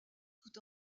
tout